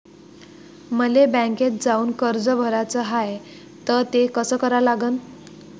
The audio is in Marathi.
मले बँकेत जाऊन कर्ज भराच हाय त ते कस करा लागन?